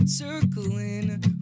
Circling